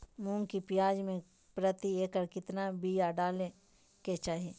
मूंग की फसल में प्रति एकड़ कितना बिया डाले के चाही?